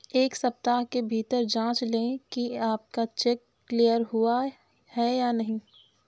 एक सप्ताह के भीतर जांच लें कि आपका चेक क्लियर हुआ है या नहीं